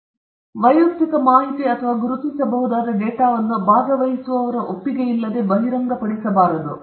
ಗೋಪ್ಯತೆ ನಾನು ಪುನರಾವರ್ತಿಸುತ್ತೇನೆ ವೈಯಕ್ತಿಕ ಮಾಹಿತಿ ಅಥವಾ ಗುರುತಿಸಬಹುದಾದ ಡೇಟಾವನ್ನು ಭಾಗವಹಿಸುವವರ ಒಪ್ಪಿಗೆಯಿಲ್ಲದೆ ಬಹಿರಂಗ ಮಾಡಬಾರದು